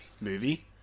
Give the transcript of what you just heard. movie